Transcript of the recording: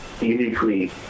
uniquely